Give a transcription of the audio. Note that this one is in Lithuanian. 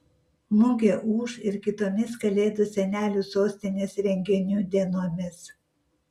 mugė ūš ir kitomis kalėdų senelių sostinės renginių dienomis